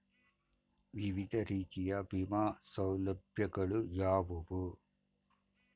ವಿವಿಧ ರೀತಿಯ ವಿಮಾ ಸೌಲಭ್ಯಗಳು ಯಾವುವು?